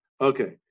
okay